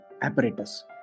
Apparatus